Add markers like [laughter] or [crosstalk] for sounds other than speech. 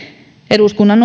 eduskunnan [unintelligible]